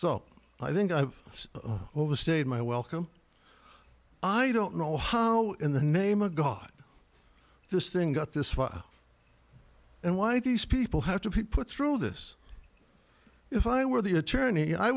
so i think i've overstayed my welcome i don't know how in the name of god this thing got this far and why these people have to be put through this if i were the attorney i